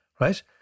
right